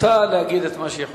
זכותה להגיד את מה שהיא חושבת.